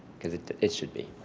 because it it should be